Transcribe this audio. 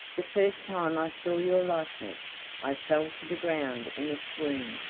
the first time i saw your likeness i fell to the ground in a swoon.